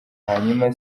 hanyuma